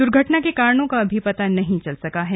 दुर्घटना के कारणों का अभी पता नहीं चल सका है